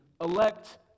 elect